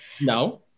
no